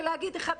ולהגיד אחת,